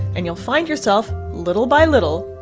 and you'll find yourself, little by little,